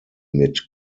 mit